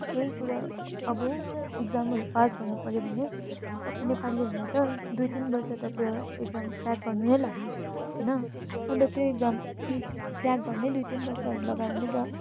केही कुरा अब इक्जामहरू पास गर्नुपऱ्यो भने अब नेपालीहरूलाई त दुई तिन वर्ष त्यो एक्जाम क्र्याक गर्नु नै लाग्छ होइन अन्त त्यो एक्जाम क्र्याक गर्नै दुई तिन वर्षहरू लगायो भने र